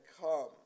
come